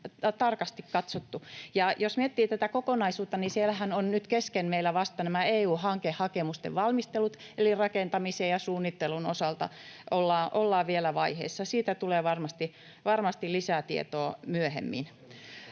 tarkasti katsottu. Jos miettii tätä kokonaisuutta, niin siellähän ovat meillä nyt kesken vasta nämä EU-hankehakemusten valmistelut, eli rakentamisen ja suunnittelun osalta ollaan vielä vaiheessa. Siitä tulee varmasti lisää tietoa myöhemmin.